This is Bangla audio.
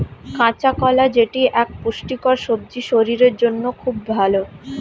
কাঁচা কলা যেটি এক পুষ্টিকর সবজি শরীরের জন্য খুব ভালো